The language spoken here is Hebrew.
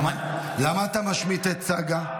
למה אתה משמיט את צגה?